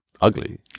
ugly